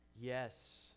Yes